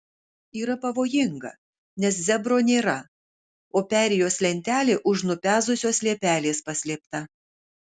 yra pavojinga nes zebro nėra o perėjos lentelė už nupezusios liepelės paslėpta